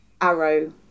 Arrow